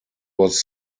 was